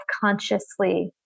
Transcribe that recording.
consciously